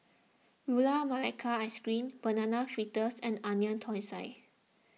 Gula Melaka Ice Cream Banana Fritters and Onion Thosai